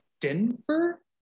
Denver